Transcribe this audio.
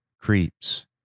creeps